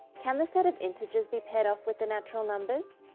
can the set of integers be paired off with the natural numbers?